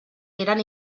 eren